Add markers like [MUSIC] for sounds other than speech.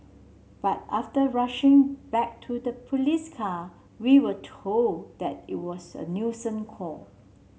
but after rushing back to the police car we were told that it was a [UNINTELLIGIBLE] call